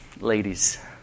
Ladies